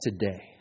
today